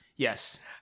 yes